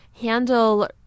handle